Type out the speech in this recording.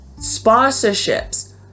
sponsorships